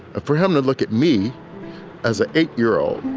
for him to look at me as an eight year old.